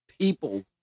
people